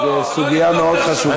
זו סוגיה מאוד חשובה.